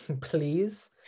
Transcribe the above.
please